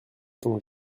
dont